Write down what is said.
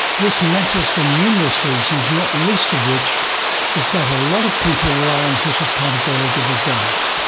this matters for numerous reasons not the least of which is that a lot of people rely on fish as part of their regular diet.